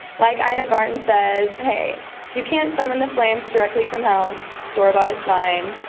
like ina garten says, hey, if you can't summon the flames directly from hell, store bought is fine.